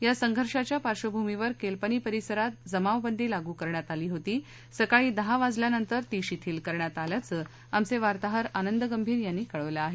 या संघर्षांच्या पार्श्वभूमीवर केलपनी परिसरात जमावबंदी लागू करण्यात आली होती सकाळी दहा वाजल्यानंतर ती शिथील करण्यात आल्याचं आमचे वार्ताहर आनंद गंभीर यांनी कळवलं आहे